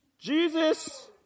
Jesus